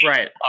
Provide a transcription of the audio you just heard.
Right